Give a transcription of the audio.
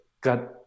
got